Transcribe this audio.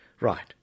Right